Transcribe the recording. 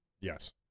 Yes